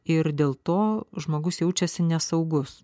ir dėl to žmogus jaučiasi nesaugus